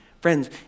Friends